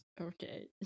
Okay